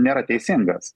nėra teisingas